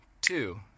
two